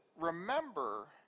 remember